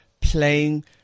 playing